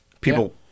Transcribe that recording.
people